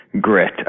grit